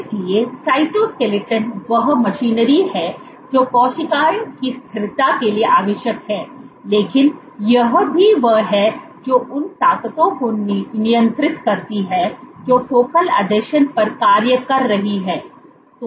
इसलिए साइटोस्केलेटन वह मशीनरी है जो कोशिकाओं की स्थिरता के लिए आवश्यक है लेकिन यह भी वह है जो उन ताकतों को नियंत्रित करती है जो फोकल आसंजन पर कार्य कर रही हैं